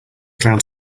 cloud